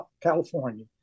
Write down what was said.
California